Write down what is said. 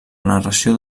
narració